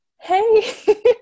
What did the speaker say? hey